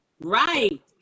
Right